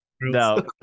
no